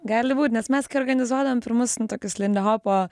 gali būt nes mes kai organizuodavom pirmus nu tokius lindihopo